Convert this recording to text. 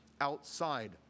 outside